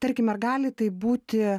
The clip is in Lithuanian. tarkim ar gali taip būti